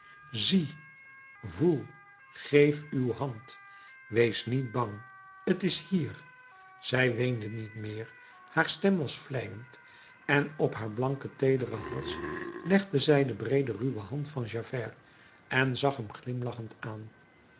zie voel geef uw hand wees niet bang t is hier zij weende niet meer haar stem was vleiend en op haar blanken teederen hals legde zij de breede ruwe hand van javert en zag hem glimlachend aan